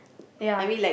ya